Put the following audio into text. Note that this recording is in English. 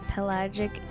Pelagic